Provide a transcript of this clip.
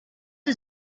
sie